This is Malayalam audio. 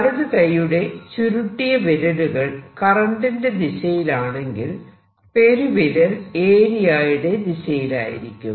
വലതു കൈയുടെ ചുരുട്ടിയ വിരലുകൾ കറന്റിന്റെ ദിശയിലാണെങ്കിൽ പെരുവിരൽ ഏരിയയുടെ ദിശയിലായിരിക്കും